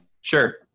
Sure